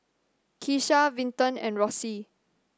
Keesha Vinton and Rossie